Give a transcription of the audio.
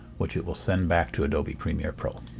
which it will send back to adobe premiere pro.